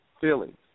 feelings